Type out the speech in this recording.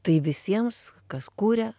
tai visiems kas kuria